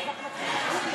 אין התנגדות.